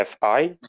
fi